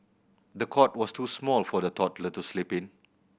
the cot was too small for the toddler to sleep in